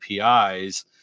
APIs